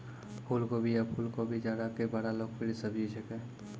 फुलगोभी या फुलकोबी जाड़ा के बड़ा लोकप्रिय सब्जी छेकै